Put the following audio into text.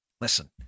Listen